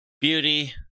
Beauty